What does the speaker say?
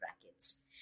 brackets